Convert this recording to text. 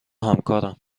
همکارم